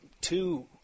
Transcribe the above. two